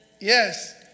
Yes